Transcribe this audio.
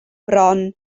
bron